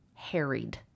harried